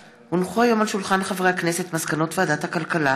מאת חברי הכנסת עאידה תומא סלימאן, איימן עודה,